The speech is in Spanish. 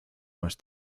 más